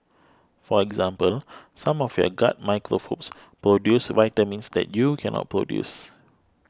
for example some of your gut microbes produce vitamins that you cannot produce